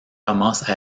commence